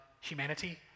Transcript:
humanity